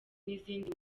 n’izindi